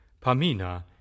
Pamina